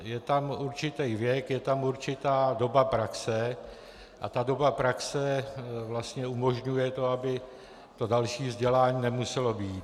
Je tam určitý věk, je tam určitá doba praxe a ta doba praxe vlastně umožňuje to, aby to další vzdělání nemuselo být.